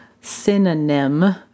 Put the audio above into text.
Synonym